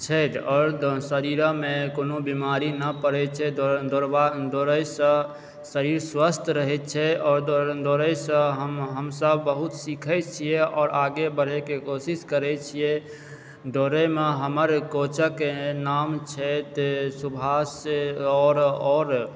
छथि आओर दऽ शरीरमे कोनो बीमारी न पड़ैत छै दौड़बाक दौड़ैसँ शरीर स्वस्थ रहैत छै आओर दौड़ै दौड़यसँ हम हमसभ बहुत सिखै छियै आओर आगे बढ़यके कोशिश करैत छियै दौड़यमऽ हमर कोचक नाम छै तऽ सुभाष आओर आओर